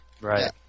Right